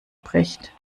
bricht